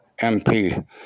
MP